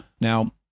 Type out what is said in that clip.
Now